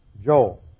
Joel